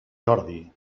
jordi